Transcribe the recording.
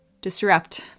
disrupt